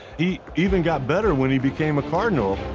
he even got better when he became a cardinal.